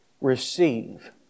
receive